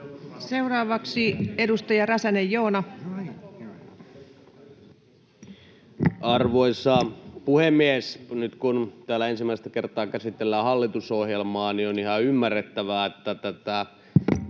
Time: 16:17 Content: Arvoisa puhemies! Nyt kun täällä ensimmäistä kertaa käsitellään hallitusohjelmaa, niin on ihan ymmärrettävää, että tätä